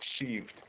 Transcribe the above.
achieved